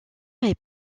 est